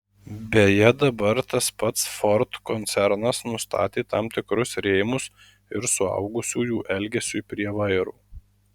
beje dabar tas pats ford koncernas nustatė tam tikrus rėmus ir suaugusiųjų elgesiui prie vairo